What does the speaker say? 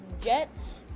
Jets